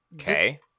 Okay